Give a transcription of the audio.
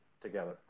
together